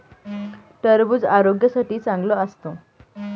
टरबूज आरोग्यासाठी चांगलं असतं